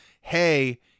hey